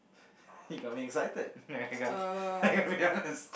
you got me excited I gotta I gotta be honest